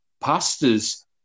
pastors